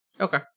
Okay